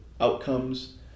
outcomes